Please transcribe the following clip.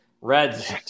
Reds